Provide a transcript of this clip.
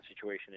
situation